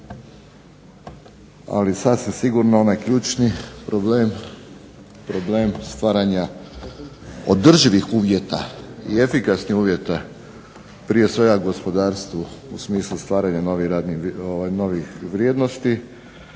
Ali sasvim sigurno onaj ključni problem, problem stvaranja održivih uvjeta i efikasnih uvjeta prije svega u gospodarstvu u smislu stvaranja novih vrijednosti,